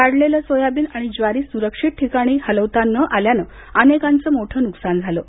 काढलेलं सोयाबीन आणि ज्वारी सुरक्षित ठिकाणी हलवता न आल्यांनं अनेकांचं मोठं नुकसान झालं आहे